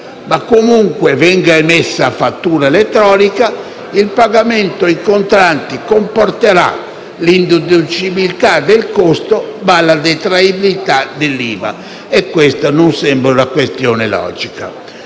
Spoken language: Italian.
comunque venga emessa fattura elettronica, il pagamento in contanti comporterà l'indeducibilità del costo ma la detraibilità dell'IVA e questa non sembra una questione logica.